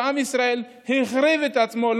עם ישראל החריב את עצמו,